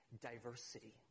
diversity